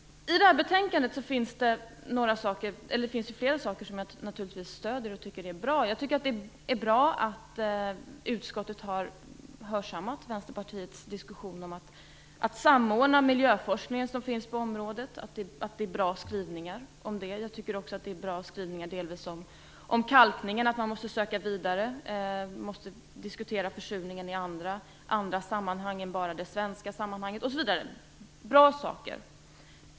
I det här betänkandet finns det flera saker som jag naturligtvis stöder och tycker är bra. Jag tycker att det är bra att utskottet har hörsammat Vänsterpartiets diskussion om att samordna den miljöforskning som finns på området. Det är bra skrivningar om det. Jag tycker också att det är delvis bra skrivningar om kalkningen, att man måste söka vidare, diskutera försurningen i andra sammanhang än bara det svenska sammanhanget osv. Bra saker.